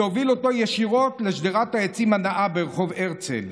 והוביל אותו ישירות לשדרת העצים הנאה ברחוב הרצל.